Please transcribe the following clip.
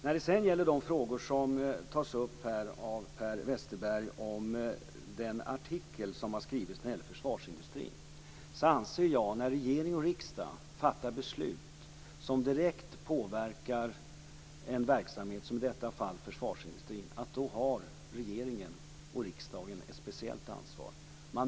När det sedan gäller de frågor som här tas upp av Per Westerberg om den artikel som har skrivits om försvarsindustrin anser jag att när regering och riksdag fattar beslut som direkt påverkar en verksamhet - i detta fall försvarsindustrin - har regering och riksdag ett speciellt ansvar.